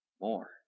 more